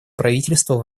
правительства